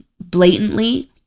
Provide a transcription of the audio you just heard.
blatantly